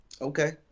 okay